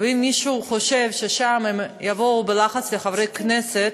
ואם מישהו חושב ששם הם יבואו בלחץ לחברי הכנסת